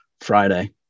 Friday